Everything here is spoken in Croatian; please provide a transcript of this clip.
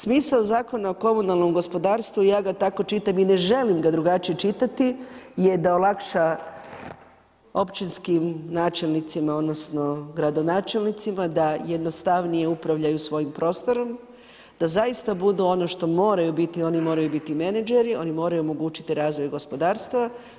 Smisao Zakon o komunalnom gospodarstvu i ja ga tako čitam i ne želim ga drugačije čitati je da olakša općinskim načelnicima odnosno gradonačelnicima da jednostavnije upravljaju svojim prostorom, da zaista budu ono što moraju biti, oni moraju biti menadžeri, oni moraju omogućiti razvoj gospodarstva.